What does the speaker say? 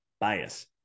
bias